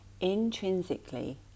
intrinsically